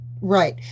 Right